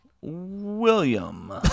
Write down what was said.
William